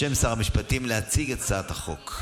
בשם שר המשפטים, להציג את הצעת החוק.